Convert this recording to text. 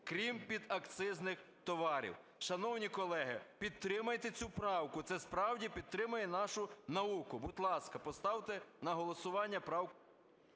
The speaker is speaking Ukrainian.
крім підакцизних товарів". Шановні колеги, підтримайте цю правку, це справді підтримає нашу науку. Будь ласка, поставте на голосування правку…